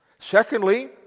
Secondly